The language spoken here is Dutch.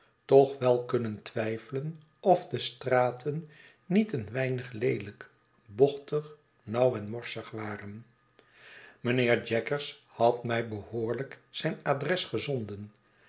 toch wel kunnen twijfelen of de straten niet een weinig leelijk bochtig nauw en morsig waren mijnheer jaggers had mij behoorlijk zijn adres gezonden